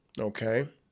okay